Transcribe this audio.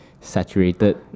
Saturated